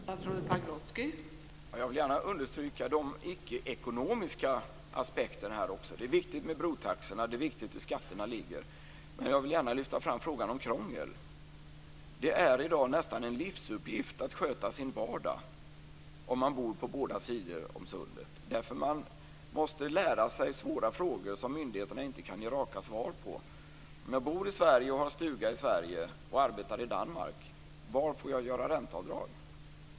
Fru talman! Jag vill gärna understryka de icke ekonomiska aspekterna här också. Det viktigt med brotaxor, och det är viktigt hur skatterna ligger. Men jag vill gärna lyfta fram frågan om krångel. I dag är det nästan en livsuppgift att sköta sin vardag om man bor på båda sidor om sundet. Man måste lära sig svåra frågor som myndigheterna inte kan ge raka svar på. Om jag bor i Sverige och har en stuga i Sverige och arbetar i Danmark, var får jag då göra ränteavdrag?